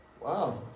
Wow